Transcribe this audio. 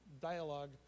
dialogue